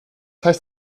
heißt